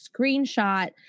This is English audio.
screenshot